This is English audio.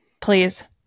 Please